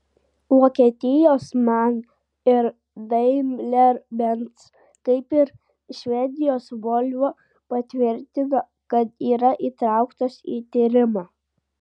vokietijos man ir daimler benz kaip ir švedijos volvo patvirtino kad yra įtrauktos į tyrimą